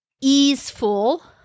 easeful